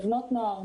לבנות נוער,